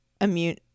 immune